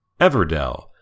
Everdell